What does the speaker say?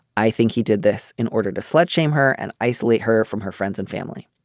i think he did this in order to slut shame her and isolate her from her friends and family.